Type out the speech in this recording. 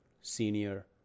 senior